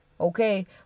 okay